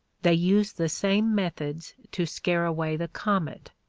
they use the same methods to scare away the comet.